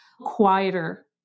quieter